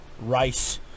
rice